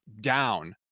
down